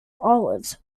olives